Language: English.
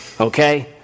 Okay